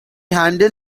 handled